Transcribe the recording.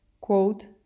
quote